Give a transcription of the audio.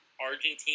Argentina